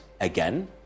again